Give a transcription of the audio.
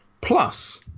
Plus